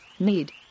Need